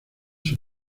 sus